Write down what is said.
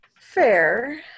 Fair